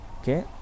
Okay